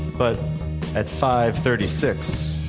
but at five thirty six,